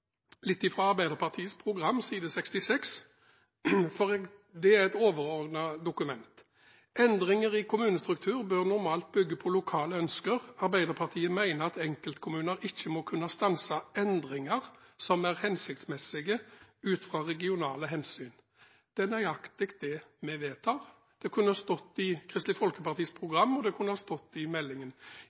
litt fra Arbeiderpartiets program – side 66 – for det er et overordnet dokument: «Endringer i kommunestrukturen bør normalt bygge på lokale ønsker. Arbeiderpartiet mener at enkeltkommuner ikke må kunne stanse endringer som er hensiktsmessige ut fra regionale hensyn.» Det er nøyaktig det vi vedtar. Det kunne stått i Kristelig Folkepartis program, og det kunne stått i meldingen.